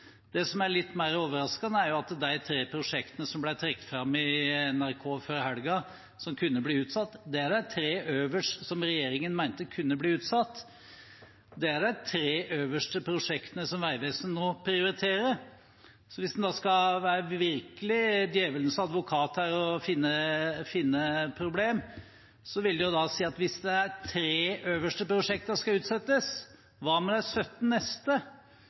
Det som er litt mer overraskende, er at de tre prosjektene som ble trukket fram i NRK før helgen, og som kunne bli utsatt, er de tre øverste som regjeringen mente kunne bli utsatt. Det er de tre øverste prosjektene Vegvesenet nå prioriterer. Hvis en virkelig skal være djevelens advokat her og finne problemer: Hvis de tre øverste prosjektene skal utsettes, hva med de sytten neste? Da blir det ikke mye veibygging her i landet de neste